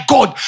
God